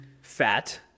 fat